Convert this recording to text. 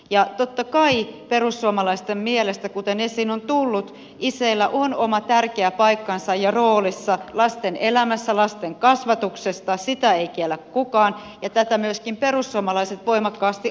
ja totta kai perussuomalaisten mielestä kuten esiin on tullut isillä on oma tärkeä paikkansa ja roolinsa lasten elämässä lasten kasvatuksessa sitä ei kiellä kukaan ja tätä myöskin perussuomalaiset voimakkaasti arvostavat